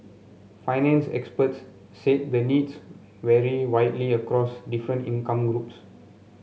finance experts said the needs vary widely across different income groups